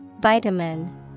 Vitamin